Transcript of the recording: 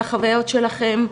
על החוויות שלכם.